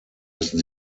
müssen